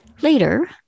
Later